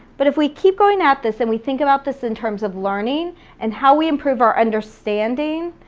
but if we keep going at this and we think about this in terms of learning and how we improve our understanding,